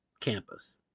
campus